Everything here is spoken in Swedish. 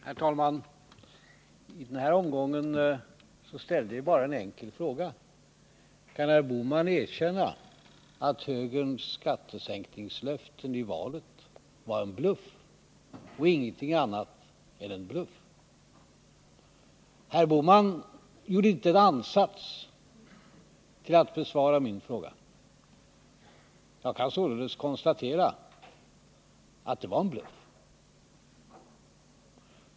Herr talman! I den här omgången ställde jag bara en enkel fråga: Kan herr Bohman erkänna att högerns skattesänkningslöften i valet var en bluff och ingenting annat än en bluff? Men herr Bohman gjorde inte en ansats till att besvara min fråga. Jag kan således konstatera att de var en bluff.